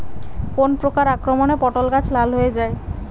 কোন প্রকার আক্রমণে পটল গাছ লাল হয়ে যায়?